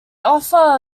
offer